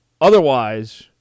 Otherwise